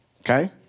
okay